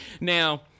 Now